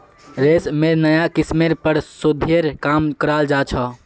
रेशमेर नाया किस्मेर पर शोध्येर काम कराल जा छ